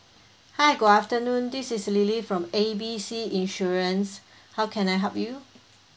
hi good afternoon this is lily from A B C insurance how can I help you